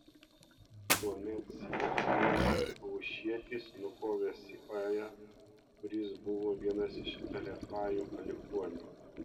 tuomet sibechajas hušietis nukovė sipają kuris buvo vienas iš refajų palikuonių